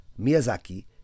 Miyazaki